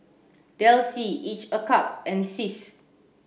Delsey Each a cup and SIS